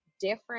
different